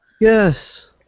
Yes